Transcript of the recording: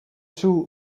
zoo